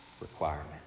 requirement